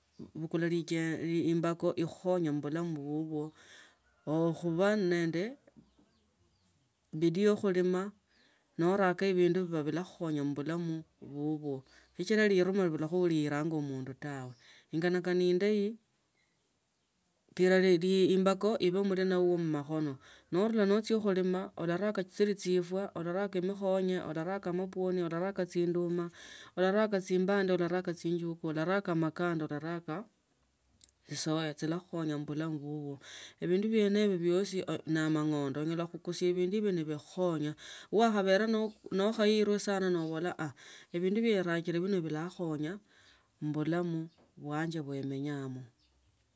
Bukula imbako ikhakonye khubulamu bubwo okhubwa nendu bidii ya khulima norakoa bindu bia bilakhukonya mu bulamu bubwa sichilia linuma libula lina mundu tawe lingani kani endayi tila imbako ibe mulina wuwo mmakhono nonula nochia khuluna ularava nechili chinwa ulavaka mikhonyo ularaka amapwoni ularaka chinduma abaraka chimbandu ularaka chinjugu ularaka makanda ularaka chisoya chilakhu khunya khubulamu bubwo, bindu bione ibo ne amangondo linyala uhukuria bindu ibo nebikhukhonya wakhabele nekhokwa sana nobola aah ebindu bie erawete bilakhonya mu bulamu bwanje biwa emanyamo.